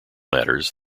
matters